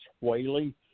Whaley